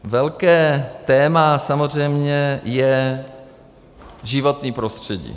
Velké téma samozřejmě je životní prostředí.